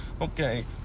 Okay